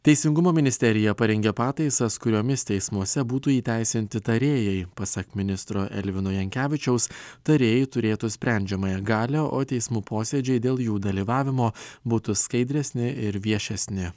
teisingumo ministerija parengė pataisas kuriomis teismuose būtų įteisinti tarėjai pasak ministro elvino jankevičiaus tarėjai turėtų sprendžiamąją galią o teismų posėdžiai dėl jų dalyvavimo būtų skaidresni ir viešesni